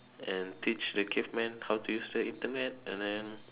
and teach the cavemen how to use the Internet and then